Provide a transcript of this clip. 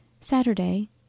Saturday